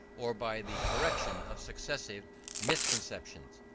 or by the correction of successive misconceptions.